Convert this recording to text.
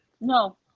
No